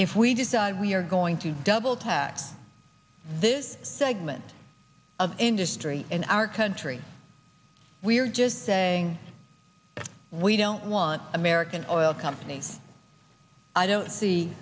if we decide we are going to double tax this segment of industry in our country we're just saying we don't want american oil companies i don't see